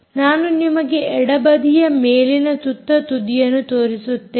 ನಾನು ನಿಮಗೆ ಎಡಬದಿಯ ಮೇಲಿನ ತುತ್ತತುದಿಯನ್ನು ತೋರಿಸುತ್ತೇನೆ